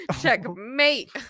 checkmate